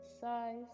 size